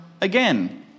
again